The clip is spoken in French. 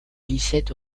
glissait